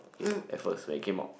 okay at first when it came out